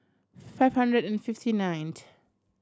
five hundred and fifty ninth